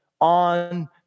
on